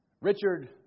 Richard